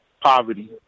poverty